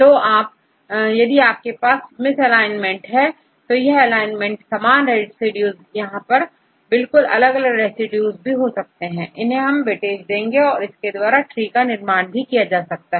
तो यदि आपके पास मिस एलाइनमेंट हो यह एलाइन मेंट समान रेसिड्यूज यहां बिल्कुल अलग रेसिड्यूज हो सकते हैं इन्हें वेटेज देते हैं इसके द्वारा ट्रीका निर्माण भी किया जा सकता है